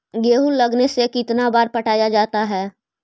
गेहूं लगने से कितना बार पटाया जाता है?